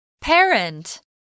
Parent